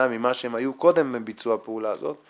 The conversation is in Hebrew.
ממה שהם היו קודם לביצוע הפעולה הזאת,